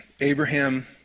Abraham